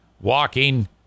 walking